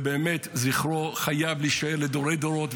בכל נקודה, ובאמת זכרו חייב להישאר לדורי-דורות.